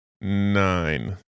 nine